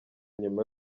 nyuma